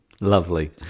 Lovely